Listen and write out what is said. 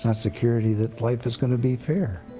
security that life is gonna be fair,